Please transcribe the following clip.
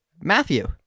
Matthew